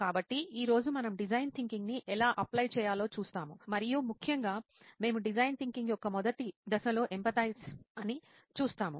కాబట్టి ఈ రోజు మనం డిజైన్ థింకింగ్ని ఎలా అప్లై చేయాలో చూస్తాము మరియు ముఖ్యంగా మేము డిజైన్ థింకింగ్ యొక్క మొదటి దశలో ఎంపాథిజ్ అని చూస్తాము